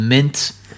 Mint